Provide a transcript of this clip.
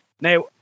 Now